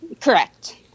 Correct